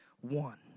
one